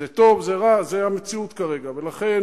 זה טוב, זה רע, זו המציאות כרגע, ולכן